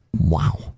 wow